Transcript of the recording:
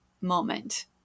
moment